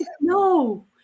no